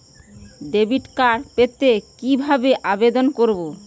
Debit card পেতে কি ভাবে আবেদন করব?